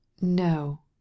No